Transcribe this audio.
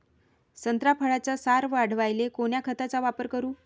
संत्रा फळाचा सार वाढवायले कोन्या खताचा वापर करू?